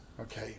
Okay